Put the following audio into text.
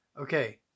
Okay